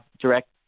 direct